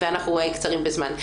ואנחנו קצרים בזמן.